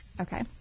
Okay